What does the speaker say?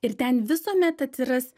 ir ten visuomet atsiras